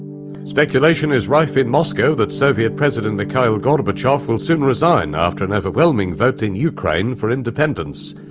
speculation is rife in moscow that soviet president mikhail gorbachev will soon resign after an overwhelming vote in ukraine for independence.